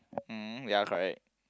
mm ya correct